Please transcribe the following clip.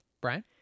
brian